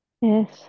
Yes